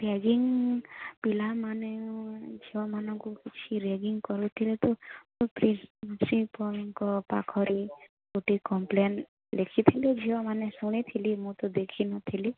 ragging ପିଲାମାନେ ଛୁଆମାନଙ୍କୁ କିଛି ରେଙ୍ଗିଗ୍ କରୁଥିଲେ ତ ପ୍ରିନସିପାଲ୍ଙ୍କ ପାଖରେ ଗୋଟେ କମ୍ପ୍ଲେନ୍ ଲେଖିଥିଲି ଝିଅମାନେ ଶୁଣିଥିଲି ମୁଁ ତ ଦେଖିନଥିଲି